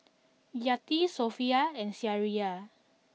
Yati Sofea and Syirah